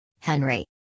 Henry